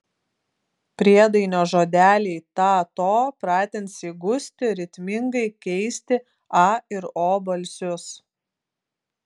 priedainio žodeliai ta to pratins įgusti ritmingai keisti a ir o balsius